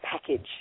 package